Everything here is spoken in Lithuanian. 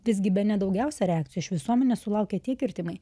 visgi bene daugiausia reakcijų iš visuomenės sulaukė tie kirtimai